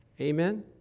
amen